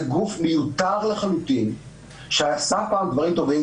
זה גוף מיותר לחלוטין שעשה פעם דברים טובים,